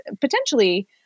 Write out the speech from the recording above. potentially